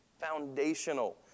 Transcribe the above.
foundational